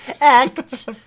act